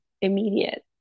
immediate